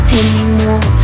anymore